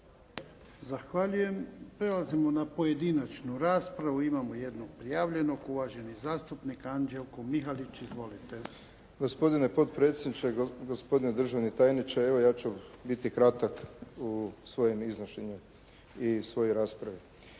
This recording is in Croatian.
Zahvaljujem. Prelazimo na pojedinačnu raspravu. Imamo jednog prijavljenog. Uvaženi zastupnik Anđelko Mihalić. Izvolite. **Mihalić, Anđelko (HDZ)** Gospodine potpredsjedniče, gospodine državni tajniče. Evo, ja ću biti kratak u svojem iznošenju i svojoj raspravi.